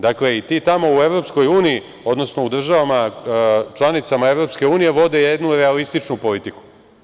Dakle, i ti tamo u EU, odnosno u državama članicama EU vode jednu realističnu politiku.